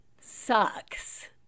sucks